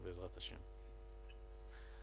בעזרת השם...